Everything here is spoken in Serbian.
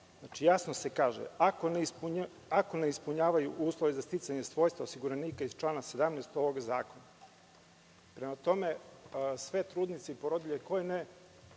jasno se kaže – ako ne ispunjavaju uslove za sticanje svojstva osiguranika iz člana 17. ovog zakona. Sve trudnice i porodilje koje